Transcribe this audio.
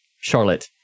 charlotte